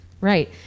Right